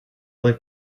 like